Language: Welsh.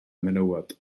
menywod